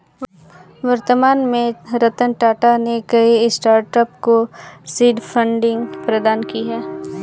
वर्तमान में रतन टाटा ने कई स्टार्टअप को सीड फंडिंग प्रदान की है